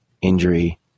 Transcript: injury